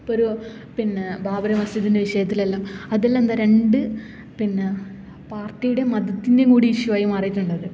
ഇപ്പോൾ ഒരു പിന്നെ ബാബറി മസ്ജിദിന്റെ വിഷയത്തിലെല്ലാം അതിലെന്താ രണ്ട് പിന്നെ പാര്ട്ടിയുടെ മതത്തിന്റെ കൂടി ഇഷ്യൂ ആയി മാറിയിട്ടുണ്ട് അത്